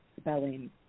spelling